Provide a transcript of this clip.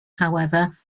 however